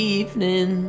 evening